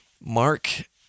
Mark